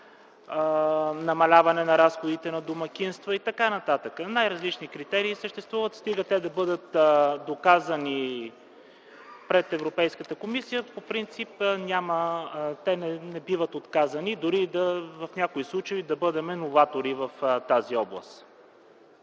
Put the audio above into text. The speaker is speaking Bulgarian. намаляване на разходите на домакинства и т.н. Съществуват най-различни критерии, стига те да бъдат доказани пред Европейската комисия. По принцип те не биват отказвани, дори в някои случаи да бъдем новатори в тази област.